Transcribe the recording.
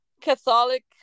catholic